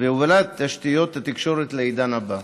והובלת תשתיות התקשורת לעידן הבא.